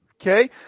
Okay